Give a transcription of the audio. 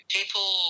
People